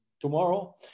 tomorrow